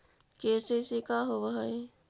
KCC का होव हइ?